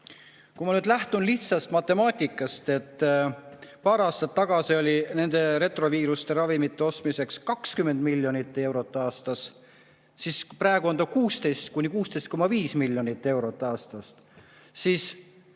Kui ma lähtun lihtsast matemaatikast, et paar aastat tagasi oli nende antiretroviirusravimite ostmiseks 20 miljonit eurot aastas ja praegu on 16–16,5 miljonit eurot aastas, siis